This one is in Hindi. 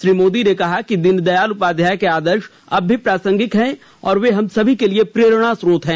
श्री मोदी ने कहा कि दीनदयाल उपाध्याय के आदर्श अब भी प्रासंगिक हैं और वे हम सभी के लिए प्रेरणास्रोत हैं